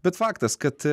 bet faktas kad